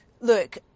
look